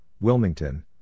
Wilmington